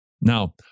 Now